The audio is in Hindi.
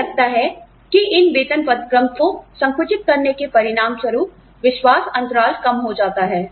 उन्हें लगता है कि इन वेतन पद क्रम को संकुचित करने के परिणामस्वरूप विश्वास अंतराल कम हो जाता है